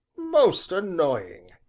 most annoying!